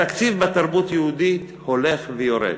בתרבות היהודית התקציב הולך ויורד,